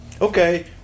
okay